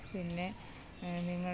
പിന്നെ നിങ്ങളുടെ